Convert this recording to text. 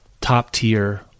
top-tier